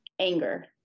anger